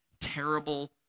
terrible